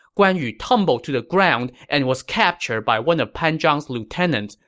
guan yu tumbled to the ground and was captured by one of pan zhang's lieutenants,